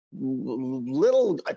little